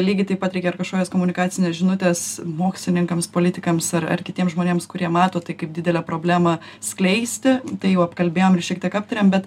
lygiai taip pat reikia kažkokias komunikacines žinutes mokslininkams politikams ar kitiems žmonėms kurie mato tai kaip didelę problemą skleisti tai jau apkalbėjom ir šiek tiek aptarėm bet